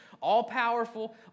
all-powerful